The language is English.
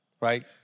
right